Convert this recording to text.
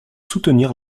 soutenir